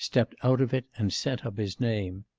stepped out of it and sent up his name.